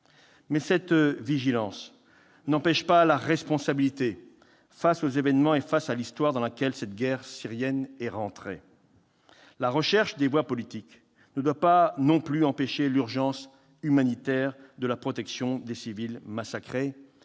Mais cette vigilance n'empêche pas la responsabilité face aux événements et face à l'Histoire, dans laquelle cette guerre syrienne est entrée. La recherche des voies politiques ne doit pas non plus empêcher l'urgence humanitaire de la protection de civils massacrés.